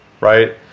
right